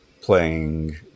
playing